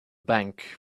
bank